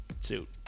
suit